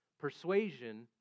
persuasion